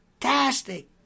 fantastic